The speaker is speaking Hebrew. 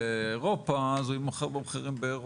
לאירופה אז הוא יימכר במחירים באירופה.